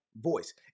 voice